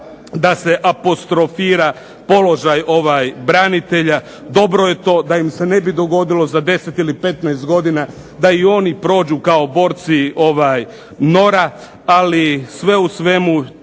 da se apostrofira položaj branitelja. Dobro je to da im se ne bi dogodilo za 10 ili 15 godina da i oni prođu kao borci NOR-a, ali sve u svemu